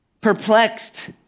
Perplexed